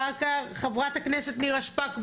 אחר כך, חברת הכנסת נירה שפק.